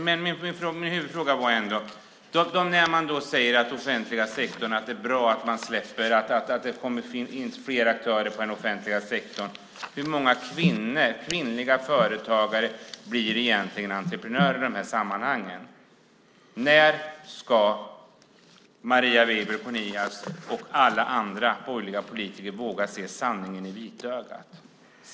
Herr talman! Min huvudfråga gällde att man säger att det är bra att det har kommit in fler aktörer i den offentliga sektorn. Hur många kvinnliga företagare blir entreprenörer i sammanhangen? När ska Marie Weibull Kornias och alla andra borgerliga politiker våga se sanningen i vitögat?